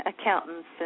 accountants